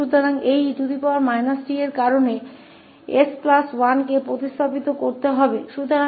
तो इस e t के कारण 𝑠 को 𝑠 1 से बदल दिया जाएगा